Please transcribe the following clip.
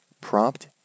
Prompt